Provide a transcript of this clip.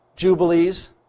Jubilees